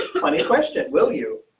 question, will you